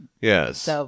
Yes